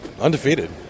Undefeated